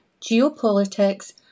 geopolitics